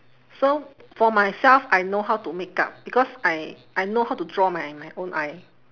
so for myself I know how to makeup because I I know how to draw my my own eye